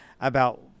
about-